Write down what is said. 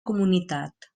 comunitat